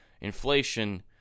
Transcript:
inflation –